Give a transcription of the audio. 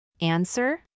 Answer